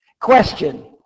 question